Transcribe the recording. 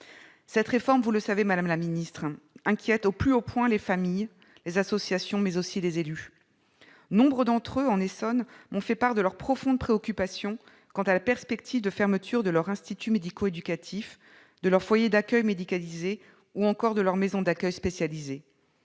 Cette réforme, vous le savez, madame la secrétaire d'État, inquiète au plus haut point les familles, les associations, mais aussi les élus. Nombre d'entre eux, en Essonne, m'ont fait part de leur profonde préoccupation quant à la perspective de fermeture de leur institut médico-éducatif, de leur foyer d'accueil médicalisé ou encore de leur maison d'accueil spécialisée.